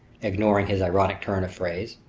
ignoring his ironic turn of phrase,